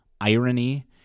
irony